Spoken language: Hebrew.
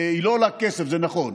היא לא עולה כסף, זה נכון,